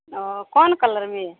ओ कोन कलरमे